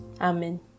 Amen